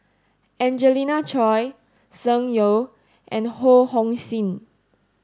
Angelina Choy Tsung Yeh and Ho Hong Sing